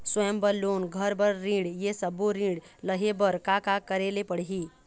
स्वयं बर लोन, घर बर ऋण, ये सब्बो ऋण लहे बर का का करे ले पड़ही?